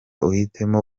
uhitemo